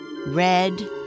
red